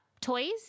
toys